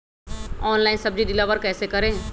Online सब्जी deliver कैसे करें?